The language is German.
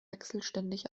wechselständig